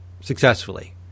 successfully